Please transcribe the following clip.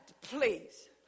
Please